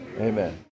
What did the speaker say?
amen